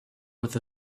with